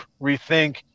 rethink